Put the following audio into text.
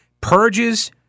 Purges